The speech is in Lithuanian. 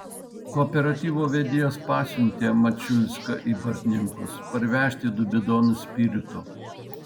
kooperatyvo vedėjas pasiuntė mačiulską į bartninkus parvežti du bidonus spirito